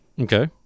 Okay